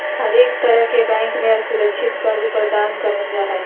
हरेक तरह के बैंक मे असुरक्षित कर्ज प्रदान करल जा हय